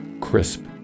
crisp